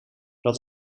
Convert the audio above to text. dat